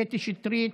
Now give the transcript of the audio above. קטי שטרית,